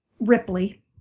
Ripley